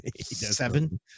Seven